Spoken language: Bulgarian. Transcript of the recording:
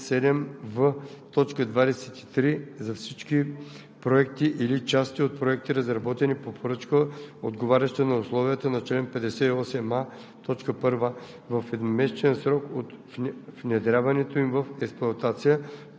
длъжни да вписват в регистъра по ал. 1 информацията по чл. 7в, т. 23 за всички проекти или части от проекти, разработени по поръчка, отговаряща на условията на чл. 58а,